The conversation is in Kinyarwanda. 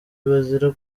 bazira